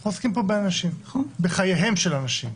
אנחנו עוסקים פה באנשים, בחייהם של אנשים.